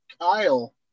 Kyle